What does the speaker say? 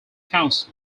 council